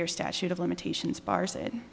year statute of limitations bars it